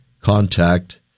contact